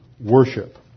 worship